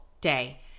day